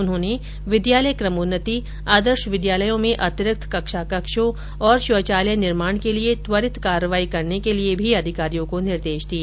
उन्होंने विद्यालय क्रमोन्नति आदर्श विद्यालयों में अतिरिक्त कक्षा कक्षों और शौचालय निर्माण के लिए त्वरित कार्यवाही करने के लिए भी अधिकारियों को निर्देश दिए